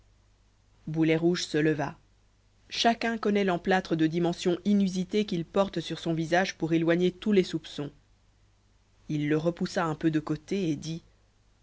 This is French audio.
boulet rouge se leva chacun connaît l'emplâtre de dimension inusitée qu'il porte sur sont visage pour éloigner tous les soupçons il le repoussa un peu de côté et dit